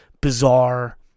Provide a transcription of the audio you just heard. bizarre